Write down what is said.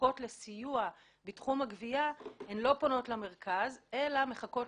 שזקוקות לסיוע בתחום הגבייה הן לא פונות למרכז אלא מחכות